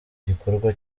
gikorwa